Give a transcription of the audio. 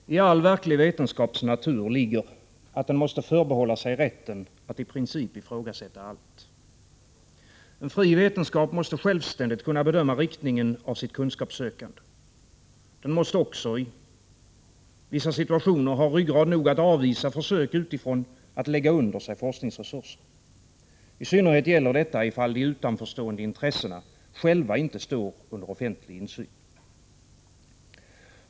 Herr talman! I all verklig vetenskaps natur ligger att den måste förbehålla sig rätten att i princip ifrågasätta allt. En fri vetenskap måste självständigt kunna bedöma riktningen för sitt kunskapssökande. Den måste också i vissa situationer ha ryggrad nog att avvisa försök utifrån att lägga under sig forskningsresurser. I synnerhet gäller detta ifall de utanförstående intressena själva inte står under offentlig insyn.